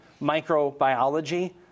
microbiology